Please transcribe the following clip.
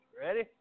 Ready